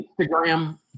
instagram